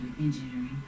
engineering